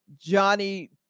Johnny